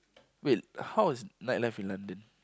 wait how was night life in London